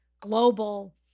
global